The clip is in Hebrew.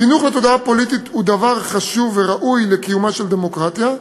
חינוך לתודעה פוליטית הוא דבר חשוב וראוי לקיומה של דמוקרטיה,